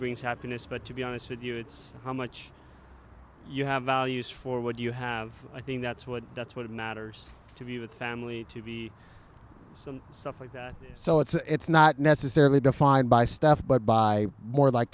brings happiness but to be honest with you it's how much you have values for what you have i think that's what that's what matters to be with family to be some stuff like that so it's not necessarily defined by stuff but by more like